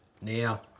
now